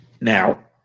now